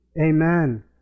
Amen